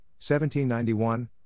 1791